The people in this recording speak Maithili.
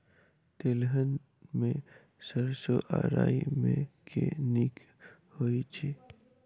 तेलहन मे सैरसो आ राई मे केँ नीक होइ छै?